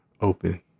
open